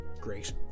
great